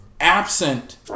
absent